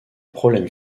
problèmes